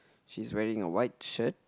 she's wearing a white shirt